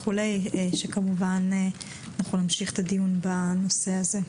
וכמובן נמשיך את הדיון בנושא הזה,